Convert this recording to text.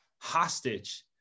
hostage